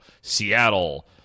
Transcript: Seattle